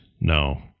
No